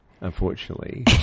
unfortunately